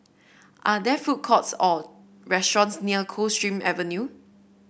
are there food courts or restaurants near Coldstream Avenue